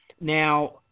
Now